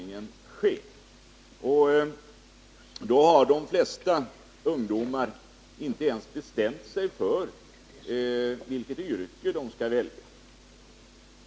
I den åldern hear de flesta ungdomar inte bestämt sig för vilket yrke de skall välja.